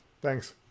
Thanks